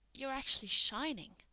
you're actually shining!